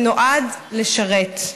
ונועד, לשרת.